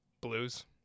Blues